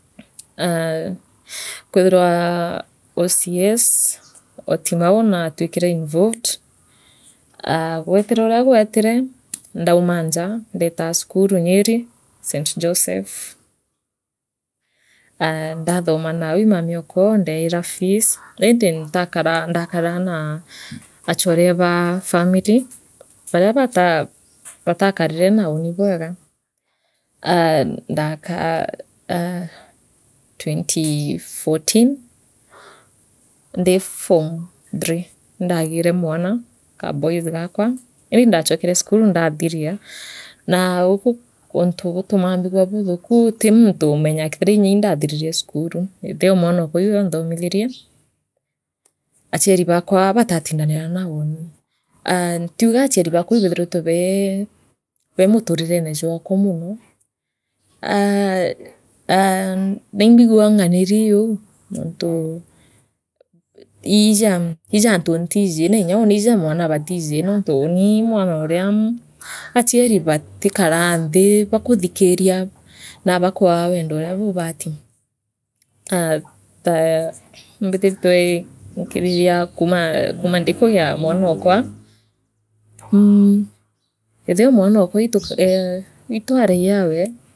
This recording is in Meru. Aa kwithirwa OCS oo Timau naatwikire involved aa gwetire oria gweetira ndauma njaa ndeta sukuru nyeri St Joseph aa ndathoma nau ii mamiokwa ondiaira fees indi ntakara ndakaraa naa achom baa family baria bataa batakarire naa uni bwega aa ndakaa aa 2014 ndi form 3 indagiire mwana kaboys gakwa rii ndachokere cukuru ndathiria naa u untu butu maa mbigua buuthuku ti muntu umenyaa kethira indathiririe cukuru ithe omwanokwa nwee waanthomithirie achiari baakwa batatindanira naa uni aa ntiuga achiari baakwa ibethiritwe bee bee muturirene jwakwa mono aa aa naimbigagua nga niri nontu i ii jaantu ntiji na inya uni ija mwana baatiji nontu unii ii mwaroria achiari batikaraa nthi bakuthikiria na bakwaa wendo buria buubati aa taa imbithiritwe nkithithia kuuma ndikugia mwanokwa mmh ithe oo mwanokwa itu ee itwaragiawe.